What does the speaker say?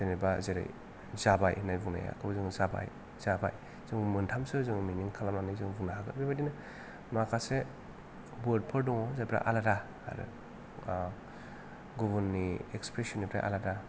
जेनोबा जेरै जाबाय होन्नानै बुंनायाखौ जोङो जाबाय जाबाय जोङो मोन्थामसो जोङो मिनिं खालामनानै जों बुंनो हागोन बेबादिनो माखासे वर्ड फोर दङ जायफ्रा आलादा आरो गुबुननि इक्सप्रेसन निफ्राय आलादा